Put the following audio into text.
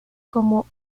como